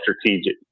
strategic